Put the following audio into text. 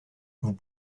vous